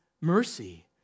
mercy